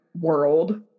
world